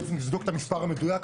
תיכף נבדוק את המספר המדויק,